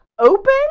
open